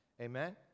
Amen